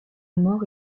mort